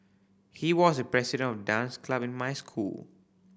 he was the president of dance club in my school